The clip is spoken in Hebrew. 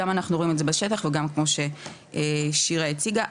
גם אנחנו רואים את זה בשטח וגם כמו ששירה הציגה.